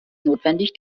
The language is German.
notwendig